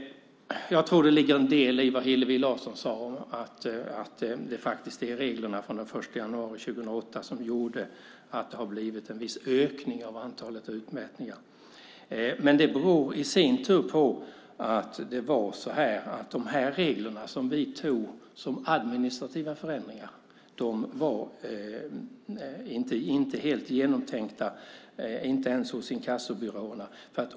Jag tror att det ligger en del i vad Hillevi Larsson sade om att det faktiskt är reglerna från den 1 januari 2008 som gjort att det har blivit en viss ökning av antalet utmätningar. Men det beror i sin tur på att de regler som vi antog som administrativa förändringar inte var helt genomtänkta, inte ens hos inkassobyråerna.